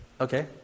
Okay